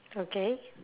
okay